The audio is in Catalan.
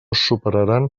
superaran